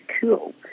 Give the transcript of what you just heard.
cool